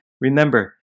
Remember